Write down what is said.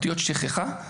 אותיות שכחה,